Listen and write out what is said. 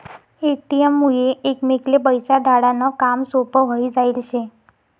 ATM मुये एकमेकले पैसा धाडा नं काम सोपं व्हयी जायेल शे